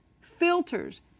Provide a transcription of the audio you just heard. filters